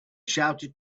shouted